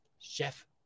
chef